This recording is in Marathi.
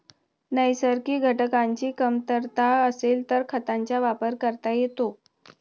नैसर्गिक घटकांची कमतरता असेल तर खतांचा वापर करता येतो